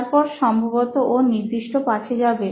তারপর সম্ভবত ও নির্দিষ্ট পাঠে যাবে